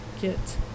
get